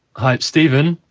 hi, stephen.